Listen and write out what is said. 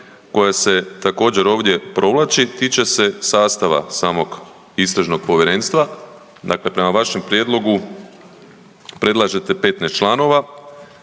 koja se također ovdje provlači tiče se sastava samog istražnog povjerenstva. Dakle, prema vašem prijedlogu predlažete 15 članova,